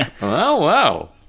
wow